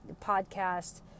podcast